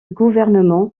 gouvernement